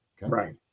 right